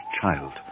child